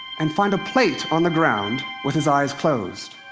and find a plate on the ground with his eyes closed.